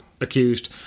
accused